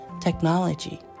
technology